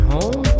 Home